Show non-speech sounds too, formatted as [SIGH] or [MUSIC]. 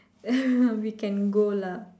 [LAUGHS] we can go lah